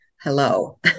Hello